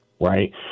right